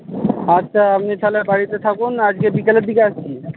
আচ্ছা আপনি তাহলে বাড়িতে থাকুন আজকে বিকেলের দিকে আসছি